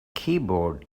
keyboard